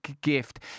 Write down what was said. gift